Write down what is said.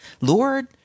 Lord